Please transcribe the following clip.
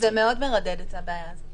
זה מאוד מרדד את הבעיה הזאת,